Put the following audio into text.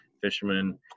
fishermen